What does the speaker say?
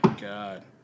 God